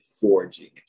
forging